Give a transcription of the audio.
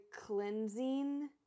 cleansing